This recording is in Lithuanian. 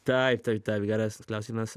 taip taip geras klausimas